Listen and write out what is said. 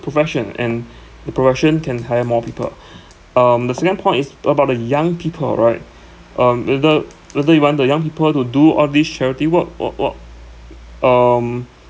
profession and the profession can hire more people um the second point is about the young people right um whether whether you want the young people to do all these charity work or what um